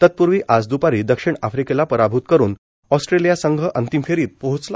तत्पूर्वी आज द्पारी दक्षिण आफ्रिकेला पराभूत करून ऑस्ट्रेलिया संघ अंतिम फेरीत पोहोचला